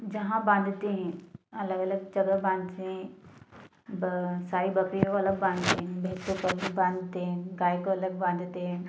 जहाँ बाँधते हैं अलग अलग जगह बाँधते बा सारी बकरियाँ अलग बाँधते हैं भैसों को अलग बाँधते हैं गाय को अलग बाँधते हैं